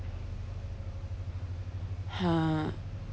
ha